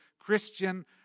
Christian